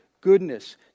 goodness